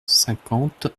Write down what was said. cinquante